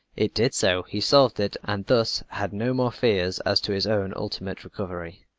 it did so, he solved it and thus had no more fears as to his own ultimate recovery.